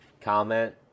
comment